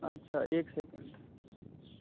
अच्छा एक सेकेंड